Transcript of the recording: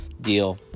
deal